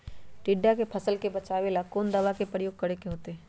टिड्डा से फसल के बचावेला कौन दावा के प्रयोग करके होतै?